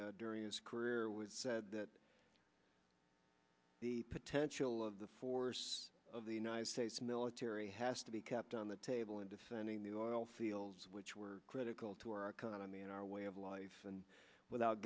excruciating during his career was said that the potential of the force of the united states military has to be kept on the table in defending the oil fields which were critical to our economy and our way of life and without